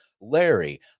Larry